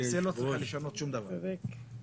בקשה, חבר הכנסת בני בגין.